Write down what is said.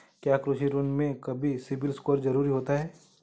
क्या कृषि ऋण में भी सिबिल स्कोर जरूरी होता है?